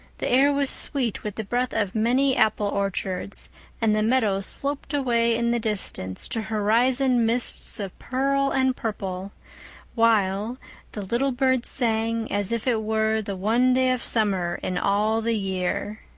the air was sweet with the breath of many apple orchards and the meadows sloped away in the distance to horizon mists of pearl and purple while the little birds sang as if it were the one day of summer in all the year.